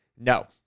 No